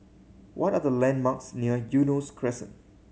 what are the landmarks near Eunos Crescent